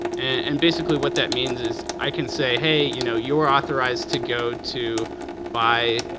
and basically what that means is i can say, hey, you know, you're authorized to go to buy,